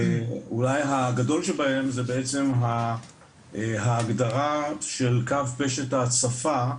אולי הגדול שבהם זה בעצם ההגדרה של קו פשט ההצפה,